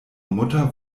mutter